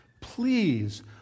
Please